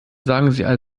sagen